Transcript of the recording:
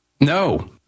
No